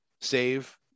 save